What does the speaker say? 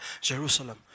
Jerusalem